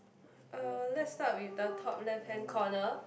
uh let's start with the top left hand corner